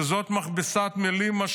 שזאת מכבסת מילים.